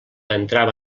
entrava